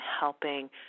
helping